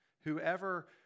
Whoever